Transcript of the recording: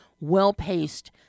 well-paced